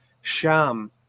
sham